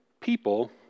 people